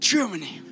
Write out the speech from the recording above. Germany